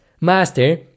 Master